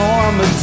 I'ma